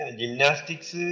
gymnastics